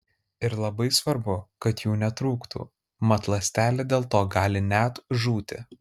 ir labai svarbu kad jų netrūktų mat ląstelė dėl to gali net žūti